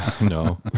No